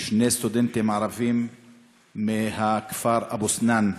שני סטודנטים ערבים מהכפר אבו סנאן,